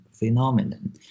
Phenomenon